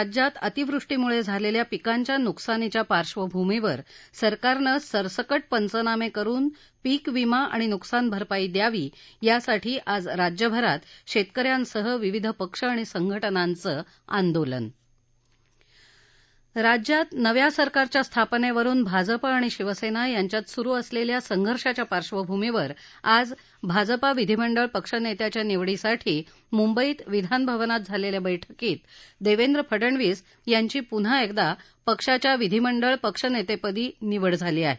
राज्यात अतिवृष्टीमुळे झालेल्या पिकांच्या नुकसानीच्या पार्श्वभूमीवर सरकारनं सरसकट पंचनामे करुन पीक विमा आणि नुकसान भरपाई द्यावी यासाठी आज राज्यभरात शेतक यांसह विविध पक्ष आणि संघटनांचं आंदोलन राज्यात नव्या सरकारच्या स्थापनेवरुन भाजप आणि शिवसेना यांच्यात सुरु असलेल्या संघर्षाच्या पार्श्वभूमीवर आज भाजपा विधिमंडळ पक्ष नेत्याच्या निवडीसाठी मुंबईत विधानभवनात झालेल्या बैठकीत देवेंद्र फडनवीस यांची पुन्हा एकदा पक्षाच्या विधीमंडळ पक्षनेतेपदी निवड झाली आहे